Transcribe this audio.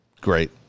Great